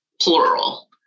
plural